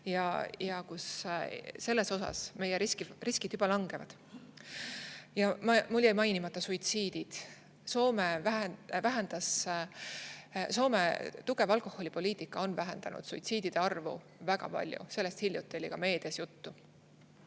ja selles osas meie riskid juba langevad. Mul jäid mainimata suitsiidid. Soome tugev alkoholipoliitika on vähendanud suitsiidide arvu väga palju. Sellest oli hiljuti ka meedias juttu.